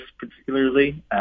particularly